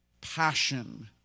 passion